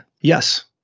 Yes